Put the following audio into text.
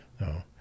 no